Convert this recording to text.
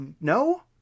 no